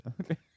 Okay